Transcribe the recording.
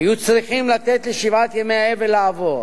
היו צריכים לתת לשבעת ימי האבל לעבור,